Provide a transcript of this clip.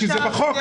כי זה בחוק,